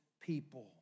people